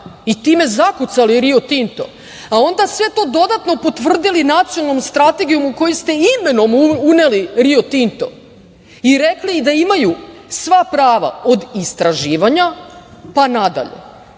i time zakucali Rio Tinto, a onda sve to dodatno potvrdili nacionalnom strategijom u kojoj ste imenom uneli Rio Tinto i rekli da imaju sva prava, od istraživanja pa nadalje,